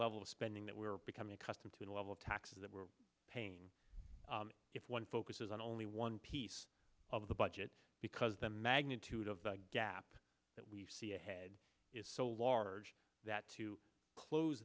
level of spending that we are becoming accustomed to the level of taxes that we're paying if one focuses on only one piece of the budget because the magnitude of the gap that we see ahead is so large that to close